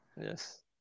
yes